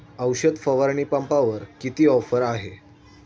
औषध फवारणी पंपावर किती ऑफर आहे?